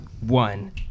one